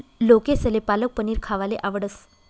लोकेसले पालक पनीर खावाले आवडस